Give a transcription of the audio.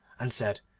and said,